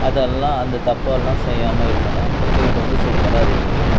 அதெல்லாம் அந்த தப்பெல்லாம் செய்யாமல் இருந்தோம்னால் இப்போ கேக் வந்து சூப்பராக ரெடியாகிடும்